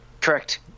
Correct